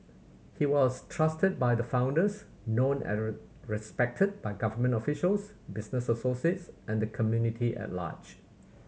he was trusted by the founders known and respected by government officials business associates and community at large